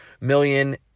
million